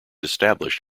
established